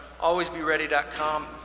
alwaysbeready.com